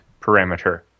parameter